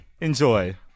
Enjoy